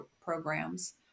programs